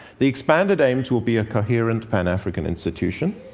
the expanded aims will be a coherent pan-african institution,